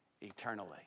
eternally